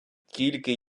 тільки